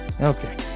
Okay